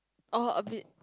oh a bit